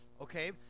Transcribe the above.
Okay